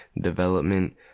development